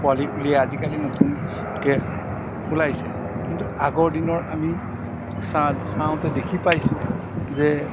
পোৱালি উলিয়াই আজিকালি নতুনকৈ ওলাইছে কিন্তু আগৰ দিনৰ আমি চাওঁতে দেখি পাইছোঁ যে